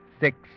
six